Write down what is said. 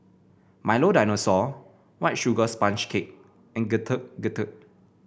Milo Dinosaur White Sugar Sponge Cake and Getuk Getuk